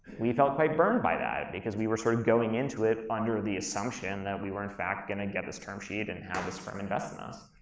we felt quite burned by that because we were sort of going into it under the assumption that we were, in fact, gonna get this term sheet and have this firm invest in us.